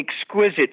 exquisite